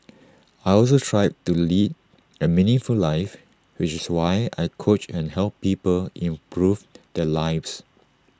I also strive to lead A meaningful life which is why I coach and help people improve their lives